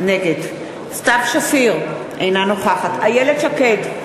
נגד סתיו שפיר, אינה נוכחת איילת שקד,